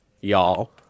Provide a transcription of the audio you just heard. Y'all